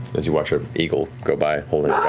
as you watch an eagle go by holding